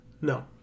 No